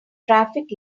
traffic